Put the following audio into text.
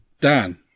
Dan